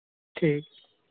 ठीक